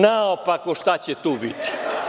Naopako, šta će tu biti.